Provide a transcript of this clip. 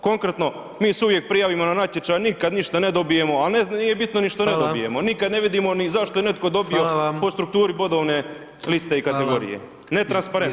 Konkretno, mi se uvijek prijavimo na natječaj, nikad ništa ne dobijemo, ali nije bitno ni što ne dobijemo nikad ne vidimo ni zašto je netko dobio [[Upadica: Hvala vam.]] po strukturi bodovne liste i kategorije, netransparentno.